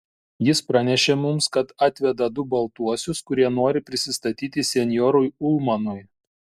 jis pranešė mums kad atveda du baltuosius kurie nori prisistatyti senjorui ulmanui